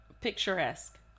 Picturesque